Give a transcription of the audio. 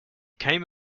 came